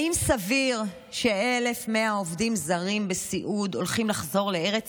האם סביר ש-1,100 עובדים זרים בסיעוד הולכים לחזור לארץ